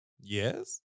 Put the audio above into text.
Yes